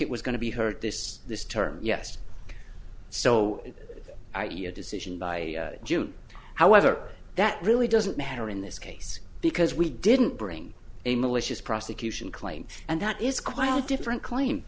it was going to be heard this this term yes so i your decision by june however that really doesn't matter in this case because we didn't bring a malicious prosecution claim and that is quite different claim